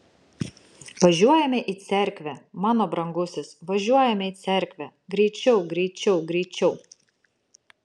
važiuojame į cerkvę mano brangusis važiuojame į cerkvę greičiau greičiau greičiau